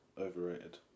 overrated